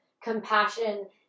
compassion